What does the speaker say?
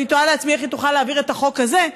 אני תוהה לעצמי איך הוא תוכל להעביר את החוק הזה.